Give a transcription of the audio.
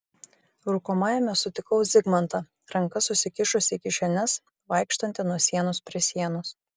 rūkomajame sutikau zigmantą rankas susikišusį į kišenes vaikštantį nuo sienos prie sienos